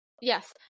yes